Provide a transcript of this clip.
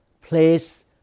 place